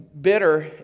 bitter